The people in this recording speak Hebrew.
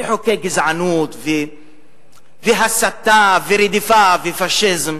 מחוקי גזענות והסתה ורדיפה ופאשיזם,